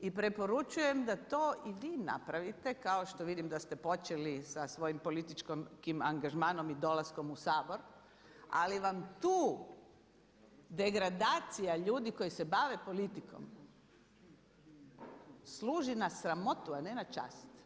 I preporučujem da to i vi napravite kao što vidim da ste počeli sa svojim političkim tim angažmanom i dolaskom u Sabor, ali vam tu degradacija ljudi koji se bave politikom služi na sramotu, a ne na čast.